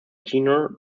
tenure